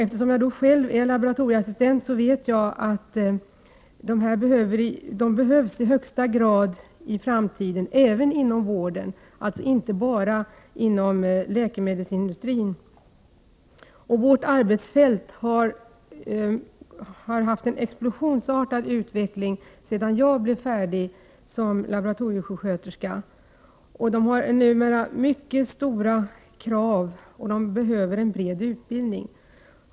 Eftersom jag själv är laboratorieassistent vet jag att laboratorieassistenterna i högsta grad behövs i framtiden, inte bara inom läkemedelsindustrin utan även inom vården. Vårt arbetsfält har haft en explosionsartad utveckling sedan jag blev färdig som laboratoriesjuksköterska. Det ställs numera mycket stora krav på dem, och de behöver en bred utbildning.